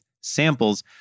samples